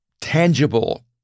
tangible